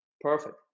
perfect